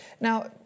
Now